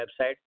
website